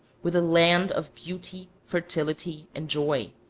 with a land of beauty, fertility, and joy.